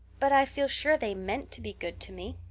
but i feel sure they meant to be good to me.